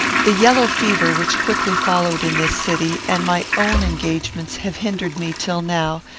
the yellow fever, which quickly followed, in this city, and my own engagements, have hindered me, till now,